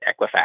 Equifax